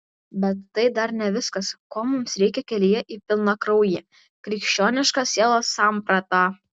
bet tai dar ne viskas ko mums reikia kelyje į pilnakrauję krikščionišką sielos sampratą